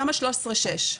תמ"א 6/13,